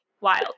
wild